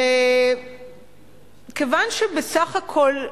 בסך הכול,